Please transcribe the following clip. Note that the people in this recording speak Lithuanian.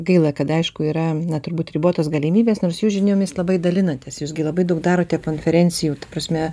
gaila kad aišku yra turbūt ribotos galimybės nors jūs žiniomis labai dalinatės jūs gi labai daug darote konferencijų prasme